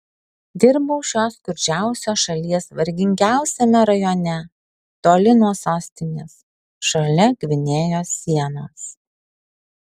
dirbau šios skurdžiausios šalies vargingiausiame rajone toli nuo sostinės šalia gvinėjos sienos